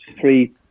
three